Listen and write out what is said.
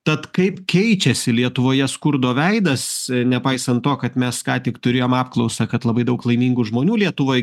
tad kaip keičiasi lietuvoje skurdo veidas nepaisant to kad mes ką tik turėjom apklausą kad labai daug laimingų žmonių lietuvoj